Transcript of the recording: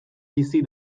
bizi